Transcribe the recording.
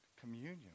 communion